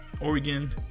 Oregon